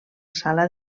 sala